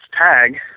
tag